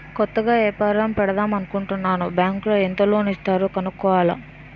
కొత్తగా ఏపారం పెడదామనుకుంటన్నాను బ్యాంకులో ఎంత లోను ఇస్తారో కనుక్కోవాల